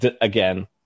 again